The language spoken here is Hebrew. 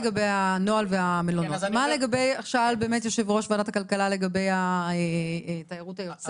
מה לגבי שאלת יושב-ראש ועדת הכלכלה לגבי התיירות היוצאת?